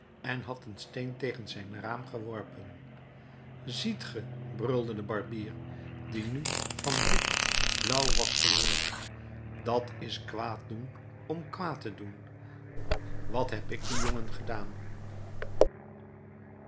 en had een steen tegen zijn raam geworpen ziet ge brulde de barbier die nu van wit blauw was geworden dat is kwaad doen om kwaad te doen wat heb ik dien jongen gedaan